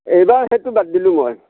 এইবাৰ সেইটো বাদ দিলোঁ মই